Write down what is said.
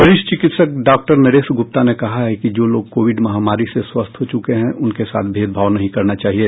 वरिष्ठ चिकित्सक डॉक्टर नरेश गुप्ता ने कहा है कि जो लोग कोविड महामारी से स्वस्थ हो चुके हैं उनके साथ भेदभाव नहीं करना चाहिये